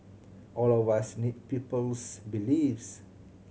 all of us need people's beliefs